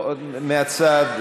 לא, מהצד.